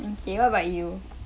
okay what about you